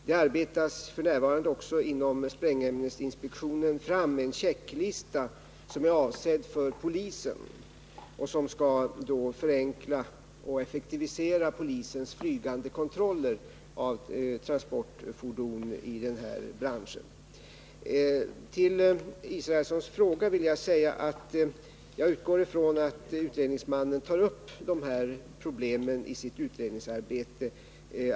Det arbetas f. n. också inom sprängämnesinspektionen fram en checklista, som är avsedd för polisen och som skall förenkla och effektivisera polisens flygande kontroller av transportfordon i denna bransch. Som svar på Per Israelssons fråga vill jag säga att jag utgår från att utredningsmannen tar upp de här problemen i sitt utredningsarbete.